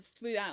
throughout